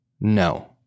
No